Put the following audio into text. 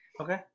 okay